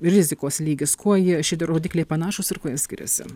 rizikos lygis kuo jie šitie rodikliai panašūs ir kuo jie skiriasi